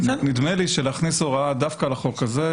נדמה לי שלהכניס הוראה דווקא לחוק הזה,